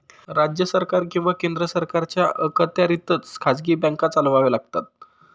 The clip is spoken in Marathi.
राज्य सरकार किंवा केंद्र सरकारच्या अखत्यारीतच खाजगी बँका चालवाव्या लागतात